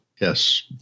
Yes